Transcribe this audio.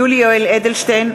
(קוראת בשמות חברי הכנסת) יולי יואל אדלשטיין,